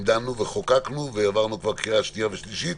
דנו וחוקקנו והעברנו כבר בקריאה שנייה ושלישית,